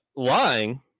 Lying